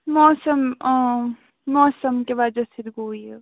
موسَم موسَم کہِ وجہ سۭتۍ گوٚو یہِ